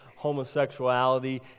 homosexuality